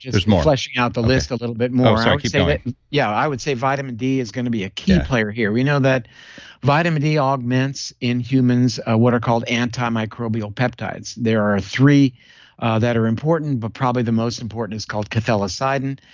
there's more just fleshing out the list a little bit more i'm sorry, keep going yeah, i would say vitamin d is going to be a key player here. we know that vitamin d augments in humans ah what are called antimicrobial peptides. there are three that are important, but probably the most important is called cathelicidin.